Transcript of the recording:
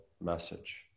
message